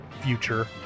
Future